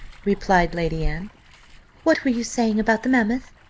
replied lady anne what were you saying about the mammoth?